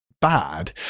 bad